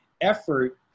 effort